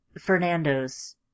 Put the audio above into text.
Fernando's